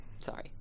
Sorry